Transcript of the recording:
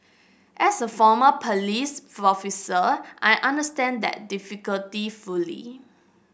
as a former police officer I understand that difficulty fully